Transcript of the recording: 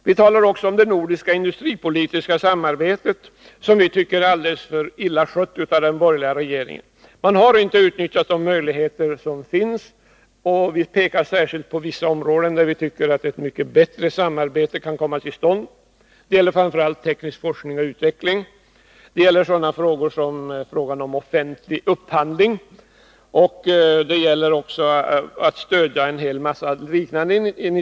Vi anser också att det nordiska industripolitiska samarbetet skötts alldeles för dåligt av den borgerliga regeringen. Man har inte utnyttjat de möjligheter som finns. Vi pekar särskilt på vissa områden där vi anser att ett mycket bättre samarbete skulle kunna komma till stånd. Det gäller framför allt teknisk forskning och utveckling, det gäller frågan om offentlig upphandling och det gäller även en rad andra områden.